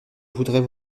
voudrais